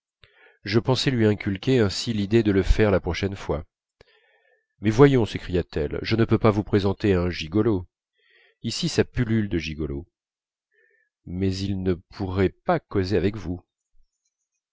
je pensais lui inculquer ainsi l'idée de le faire la prochaine fois mais voyons s'écria-t-elle je ne peux pas vous présenter à un gigolo ici ça pullule de gigolos mais ils ne pourraient pas causer avec vous